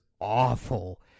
awful